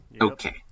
okay